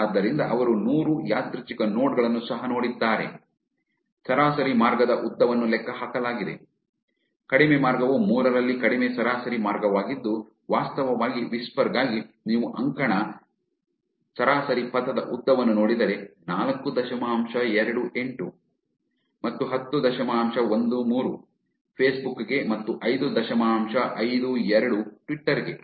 ಆದ್ದರಿಂದ ಅವರು ನೂರು ಯಾದೃಚ್ಛಿಕ ನೋಡ್ ಗಳನ್ನು ಸಹ ನೋಡಿದ್ದಾರೆ ಸರಾಸರಿ ಮಾರ್ಗದ ಉದ್ದವನ್ನು ಲೆಕ್ಕಹಾಕಲಾಗಿದೆ ಕಡಿಮೆ ಮಾರ್ಗವು ಮೂರರಲ್ಲಿ ಕಡಿಮೆ ಸರಾಸರಿ ಮಾರ್ಗವಾಗಿದ್ದು ವಾಸ್ತವವಾಗಿ ವಿಸ್ಪರ್ ಗಾಗಿ ನೀವು ಅಂಕಣ ಸರಾಸರಿ ಪಥದ ಉದ್ದವನ್ನು ನೋಡಿದರೆ ನಾಲ್ಕು ದಶಮಾಂಶ ಎರಡು ಎಂಟು ಮತ್ತು ಹತ್ತು ದಶಮಾಂಶ ಒಂದು ಮೂರು ಫೇಸ್ಬುಕ್ ಗೆ ಮತ್ತು ಐದು ದಶಮಾಂಶ ಐದು ಎರಡು ಟ್ವಿಟರ್ ಗೆ